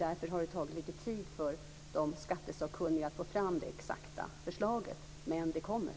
Därför har det tagit lite tid för de skattesakkunniga att få fram det exakta förslaget, men det kommer.